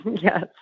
Yes